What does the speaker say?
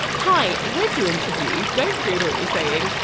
hi, read your interview don't agree with what you're saying.